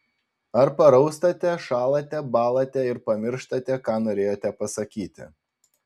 ar paraustate šąlate bąlate ir pamirštate ką norėjote pasakyti